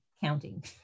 counting